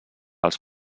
als